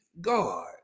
God